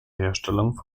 herstellung